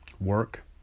work